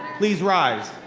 please rise.